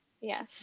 Yes